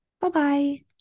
Bye-bye